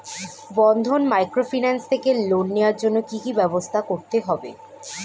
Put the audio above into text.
বন্ধন microfinance থেকে loan নেওয়ার জন্য কি কি ব্যবস্থা করতে হবে?